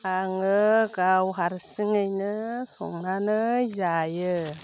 आङो गाव हारसिङैनो संनानै जायो